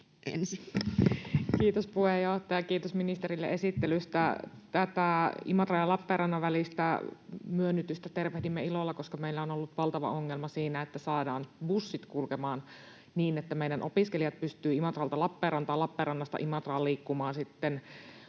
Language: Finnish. Kiitos puheenjohtaja! Kiitos ministerille esittelystä. Tätä Imatran ja Lappeenrannan välistä myönnytystä tervehdimme ilolla, koska meillä on ollut valtava ongelma siinä, että saadaan bussit kulkemaan niin, että meidän opiskelijat pystyvät Imatralta Lappeenrantaan, Lappeenrannasta Imatralle liikkumaan